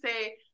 say